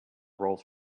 roles